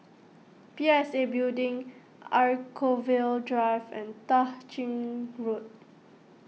P S A Building Anchorvale Drive and Tah Ching Road